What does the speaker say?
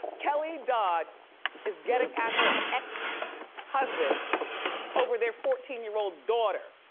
kelly dodd is getting at her ex husband over their fourteen year old daughter.